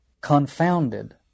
confounded